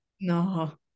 No